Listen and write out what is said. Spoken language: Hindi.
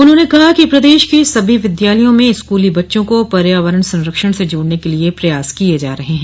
उन्होंने कहा कि प्रदेश के सभी विद्यालयों में स्कूली बच्चों को पर्यावरण संरक्षण से जोडने के लिए प्रयास किये जा रहे हैं